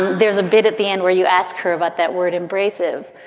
there's a bit at the end where you ask her about that word embraces.